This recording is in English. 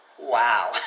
Wow